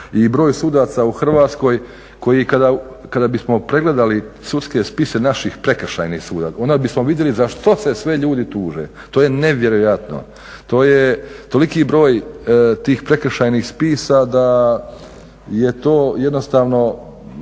i broj sudaca u Hrvatskoj koji kada bismo pregledali sudske spise naših prekršajnih sudova onda bismo vidjeli za što se sve ljudi tuže. To je nevjerojatno, to je toliki broj tih prekršajnih spisa da je to jednostavno,